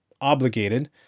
obligated